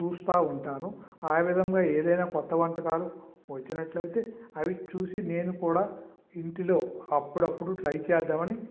చూస్తూ ఉంటాను ఆ విధంగా ఏదైనా క్రొత్త వంటకాలు వచ్చినట్లు అయితే అవి చూసి నేను కూడా ఇంటిలో అప్పుడప్పుడు ట్రై చేద్దామని